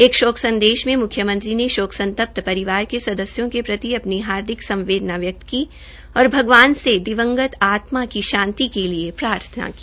एक शोक संदेश में मुख्यमंत्री ने शोक संतप्त परिवार के सदस्यों के प्रति अपनी हार्दिक संवेदना व्यक्त की और भगवान से दिवंगत आत्मा की शांति के लिए प्रार्थना की